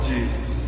Jesus